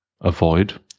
avoid